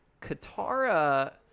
Katara